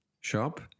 Shop